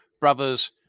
brothers